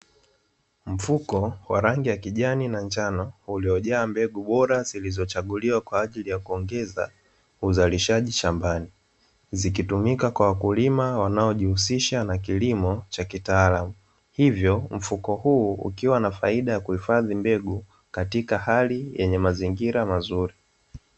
Mfuko wa rangi ya kijani na njano, uliojaa mbegu bora zilizochaguliwa kwa ajili ya kuongeza uzalishaji shambani, zikitumika kwa wakulima wanaojihusisha na kilimo cha kitaalam hivyo, mfuko huu ukiwa na faida ya kuhifadhi mbegu katika hali yenye mazingira mazuri.